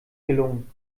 gelungen